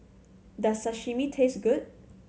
does Sashimi taste good